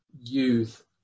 youth